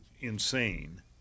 insane